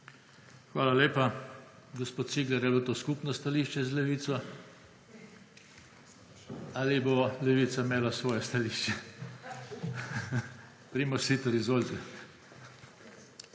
Hvala lepa. Gospod Cigler, je bilo to skupno stališče z Levico ali bo Levica imela svoje stališče? / smeh/ Primož Siter, izvolite.